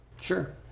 Sure